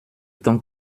temps